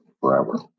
forever